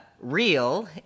real